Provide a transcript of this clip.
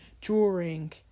drawing